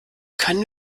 können